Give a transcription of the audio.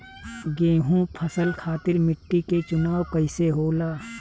गेंहू फसल खातिर मिट्टी के चुनाव कईसे होला?